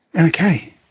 okay